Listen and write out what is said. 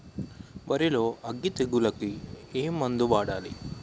వరిలో అగ్గి తెగులకి ఏ మందు వాడాలి?